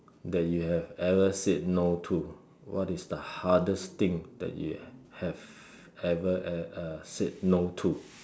that you have ever said no to what is the hardest thing that you have ever uh said no to